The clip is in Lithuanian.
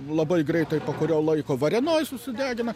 labai greitai po kurio laiko varėnoj susidegina